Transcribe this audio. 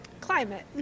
climate